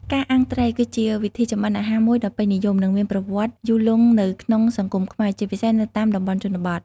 ការអាំងត្រី គឺជាវិធីចម្អិនអាហារមួយដ៏ពេញនិយម និងមានប្រវត្តិយូរលង់នៅក្នុងសង្គមខ្មែរ ជាពិសេសនៅតាមតំបន់ជនបទ។